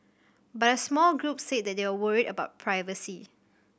but a small group said they were worried about privacy